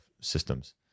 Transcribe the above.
systems